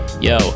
Yo